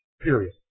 period